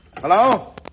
Hello